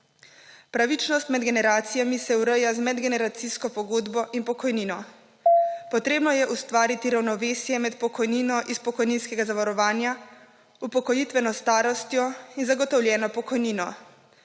Pravičnost med generacijami se ureja z medgeneracijsko pogodbo in pokojnino. / znak za konec razprave/ Potrebno je ustvariti ravnovesje med pokojnino iz pokojninskega zavarovanja, upokojitveno starostjo in zagotovljeno pokojnino.